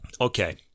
Okay